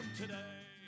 today